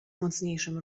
mocniejszym